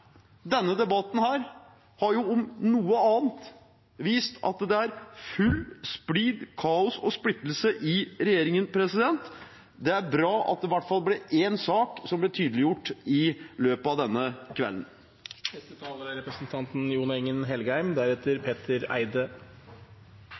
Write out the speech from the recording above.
denne debatten har, om noe annet, vist at det er full splid, kaos og splittelse i regjeringen. Det er bra at det i hvert fall blir én sak som blir tydeliggjort i løpet av denne kvelden. Beskrivelsen av regjeringens samarbeid fra representanten